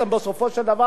בסופו של דבר,